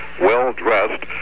well-dressed